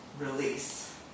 release